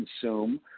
consume